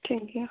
ᱴᱷᱤᱠ ᱜᱮᱭᱟ